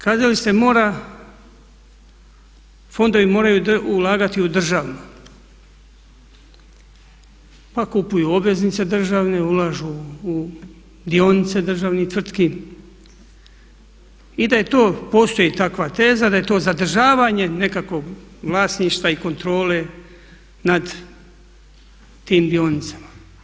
Kazali ste mora, fondovi moraju ulagati u državno, pa kupuju obveznice državne, ulažu u dionice državnih tvrtki i da je to, postoji takva teza, da je to zadržavanje nekakvog vlasništva i kontrole nad tim dionicama.